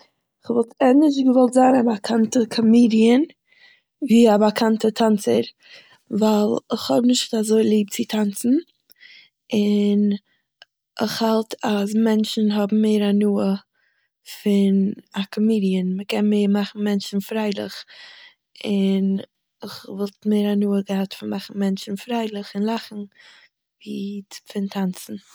כ'וואלט ענדערש געוואלט זיין א באקאנטע קאמידיען ווי א באקאנטער טאנצער, ווייל איך האב נישט אזוי ליב צו טאנצן, און, איך האלט אז מענטשן האבן מער הנאה פון א קאמידיען, מ'קען מער מאכן מענטשן פריילעך און כ'וואלט מער הנאה געהאט פון מאכן מענטשן פריילעך און לאכן ווי פון טאנצן